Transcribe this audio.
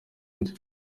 minsi